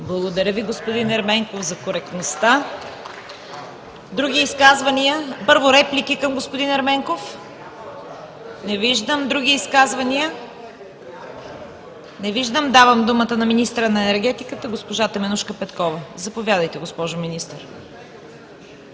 Благодаря Ви, господин Ерменков, за коректността. Реплики към господин Ерменков? Не виждам. Други изказвания? Не виждам. Давам думата на министъра на енергетиката госпожа Теменужка Петкова. Заповядайте, госпожо Министър.